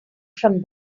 from